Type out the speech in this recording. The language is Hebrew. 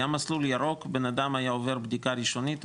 היה מסלול ירוק ובן אדם היה עובר בדיקה ראשונית,